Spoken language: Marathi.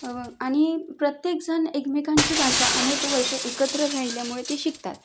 आणि प्रत्येक जण एकमेकांची भाषा अनेक वर्ष एकत्र राहिल्यामुळे ते शिकतात